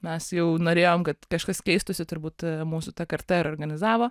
mes jau norėjom kad kažkas keistųsi turbūt mūsų ta karta ir organizavo